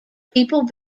people